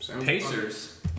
Pacers